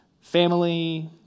family